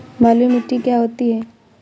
बलुइ मिट्टी क्या होती हैं?